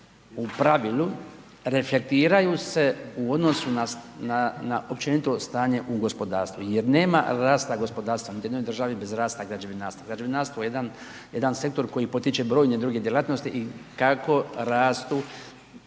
u pravilu reflektiraju se u odnosu na općenito stanje u gospodarstvu jer nema rasta gospodarstva niti u jednoj državi bez rasta građevinarstva. Građevinarstvo je jedan sektor koji potiče brojne druge djelatnosti i kako rastu